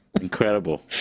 Incredible